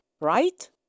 right